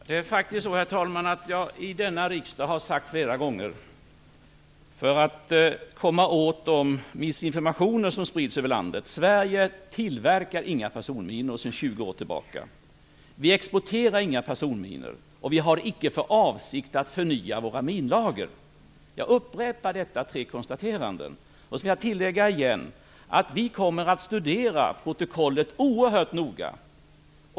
Herr talman! Jag har, för att komma åt den desinformation som sprids över landet, flera gånger i denna riksdag sagt att Sverige sedan 20 år tillbaka inte tillverkar några personminor. Vi exporterar inga personminor, och vi har icke för avsikt att förnya våra minlager. Jag upprepar dessa tre konstateranden. Jag vill återigen tillägga: Vi kommer att studera protokollet oerhört noga.